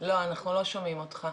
לא אנחנו לא שומעים אותך.